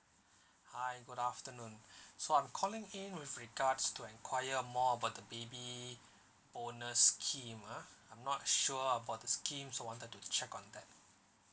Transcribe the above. hi good afternoon so I'm calling in with regards to enquire more about the baby bonus scheme ah I'm not sure about the scheme so wanted to check on that